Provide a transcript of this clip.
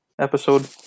episode